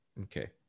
okay